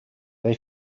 they